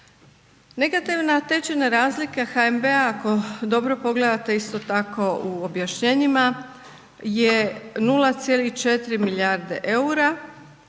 Negativna tečajna razlika HNB-a ako dobro pogledate isto tako u objašnjenjima je 0,4 milijarde eura